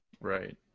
Right